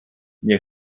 nie